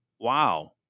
wow